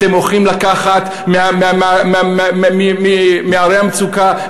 אתם הולכים לקחת מערי המצוקה,